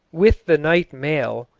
with the night mail,